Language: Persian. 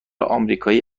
آمریکایی